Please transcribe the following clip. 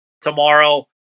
tomorrow